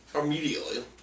Immediately